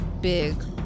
big